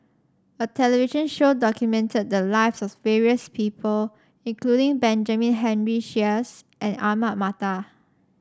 a television show documented the lives of various people including Benjamin Henry Sheares and Ahmad Mattar